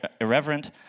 irreverent